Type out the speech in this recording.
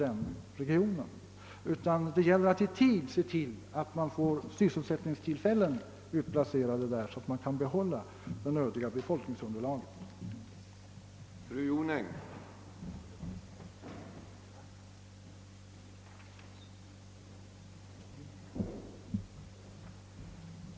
Det gäller i stället att i tid se till att sysselsättningstillfällen utplaceras där, så att det nödiga befolkningsunderlaget kan bibehållas.